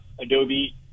Adobe